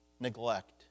neglect